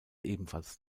ebenfalls